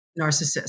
narcissist